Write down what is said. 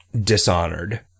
Dishonored